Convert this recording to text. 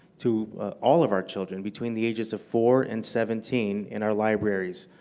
to all of our children between the ages of four and seventeen in our libraries,